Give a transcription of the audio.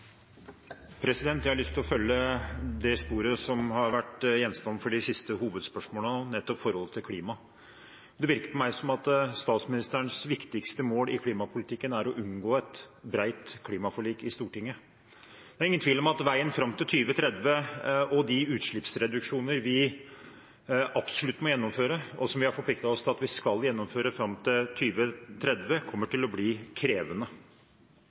Jeg har lyst til å følge det sporet som har vært gjenstand for de siste hovedspørsmålene, nettopp forholdet til klima. Det virker på meg som om statsministerens viktigste mål i klimapolitikken er å unngå et bredt klimaforlik i Stortinget. Det er ingen tvil om at veien fram til 2030 og de utslippsreduksjoner vi absolutt må gjennomføre, og som vi har forpliktet oss til at vi skal gjennomføre fram til da, kommer til å bli krevende.